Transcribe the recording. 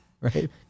right